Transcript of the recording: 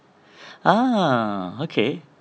ah okay